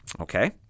okay